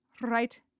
right